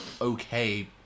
okay